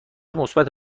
مثبت